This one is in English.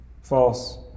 false